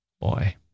Boy